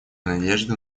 надежды